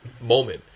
moment